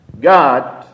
God